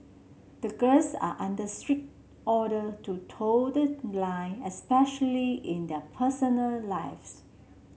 the girls are under strict order to toe the line especially in their personal lives